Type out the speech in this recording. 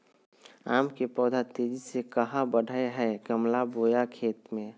आम के पौधा तेजी से कहा बढ़य हैय गमला बोया खेत मे?